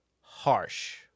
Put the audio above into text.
harsh